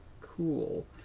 cool